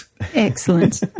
excellent